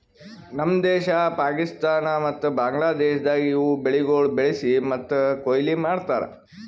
ನಮ್ ದೇಶ, ಪಾಕಿಸ್ತಾನ ಮತ್ತ ಬಾಂಗ್ಲಾದೇಶದಾಗ್ ಇವು ಬೆಳಿಗೊಳ್ ಬೆಳಿಸಿ ಮತ್ತ ಕೊಯ್ಲಿ ಮಾಡ್ತಾರ್